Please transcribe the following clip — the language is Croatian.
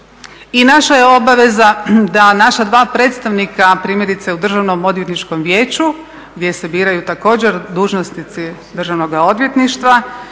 I naša je obaveza da naša dva predstavnika primjerice u Državnom odvjetničkom vijeću gdje se biraju također dužnosnici Državnoga odvjetništva